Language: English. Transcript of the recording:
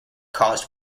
caused